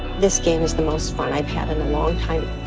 this day was the most fun i've had in a long time,